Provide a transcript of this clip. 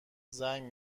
زنگ